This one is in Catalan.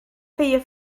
feia